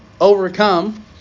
overcome